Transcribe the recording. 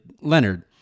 Leonard